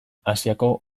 asiako